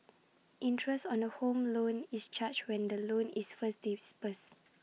interest on A home loan is charged when the loan is first disbursed